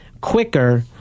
quicker